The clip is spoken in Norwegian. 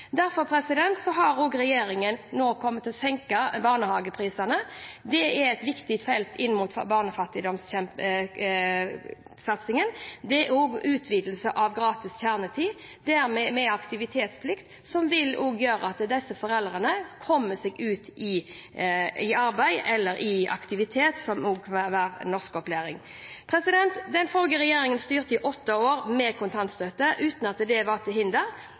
Derfor vil regjeringen nå senke barnehageprisene. Det er et viktig felt for å bekjempe barnefattigdom. Det er også utvidelse av gratis kjernetid med aktivitetsplikt, som vil gjøre at foreldrene kommer seg ut i arbeid eller i aktivitet, som også vil være norskopplæring. Den forrige regjeringen styrte i åtte år med kontantstøtte uten at det var til hinder.